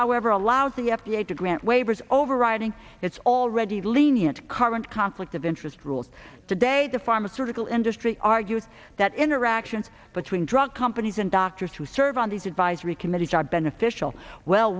however allows the f d a to grant waivers overriding its already lenient current conflict of interest rules today the pharmaceutical industry argued that interaction between drug companies and doctors who serve on these advisory committee job beneficial well